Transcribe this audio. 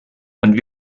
und